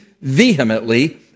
vehemently